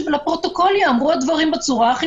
שלפרוטוקול ייאמרו הדברים בצורה הכי